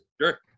Sure